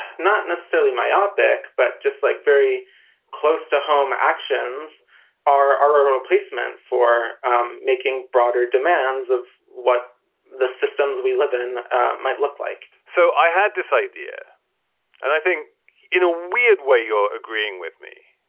not necessarily myopic, but just like very close to home actions are are a replacement for making broader demands of what the systems we live in might look like so i had this idea, and i think in a weird way, you're agreeing with me.